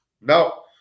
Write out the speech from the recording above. No